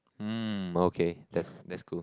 mm okay that's that's cool